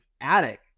attic